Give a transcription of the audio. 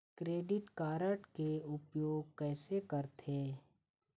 Credit card के उपयोग कैसे करथे?